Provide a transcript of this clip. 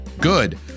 good